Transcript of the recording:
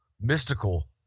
mystical